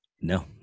No